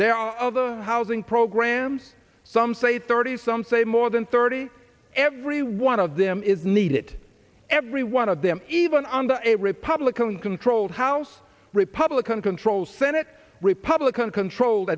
there are other housing program some say thirty some say more than thirty every one of them is needed every one of them even under a republican controlled house republican controlled senate republican controlled